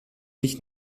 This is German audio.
nicht